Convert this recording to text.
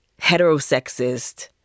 heterosexist